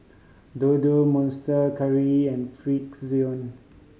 Dodo Monster Curry and Frixion